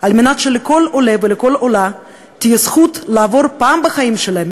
על מנת שלכל עולֶה ולכל עולָ‏‎ה תהיה זכות לעבור פעם בחיים שלהם,